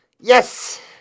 Yes